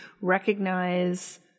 recognize